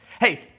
Hey